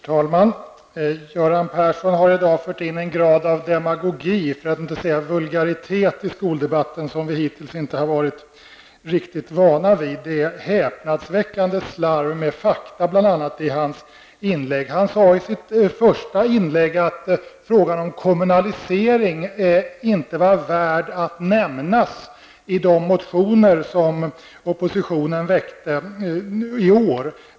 Herr talman! Göran Persson har i dag fört in en grad av demagogi, för att inte säga vulgaritet, i skoldebatten som vi hittills inte riktigt har varit vana vid. Det är ett häpnadsväckande slarv med bl.a. fakta i hans inlägg. Göran Persson sade i sitt första inlägg att frågan om kommunalisering inte var värd att nämnas när det gäller de motioner som oppositionen har väckt i år.